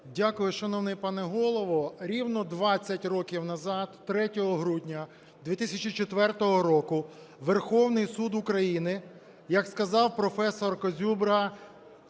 Дякую, шановний пане Голово. Рівно 20 років назад, 3 грудня 2004 року Верховний Суд України, як сказав професор Козюбра,